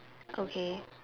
okay